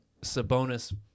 Sabonis